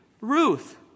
Ruth